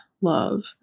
love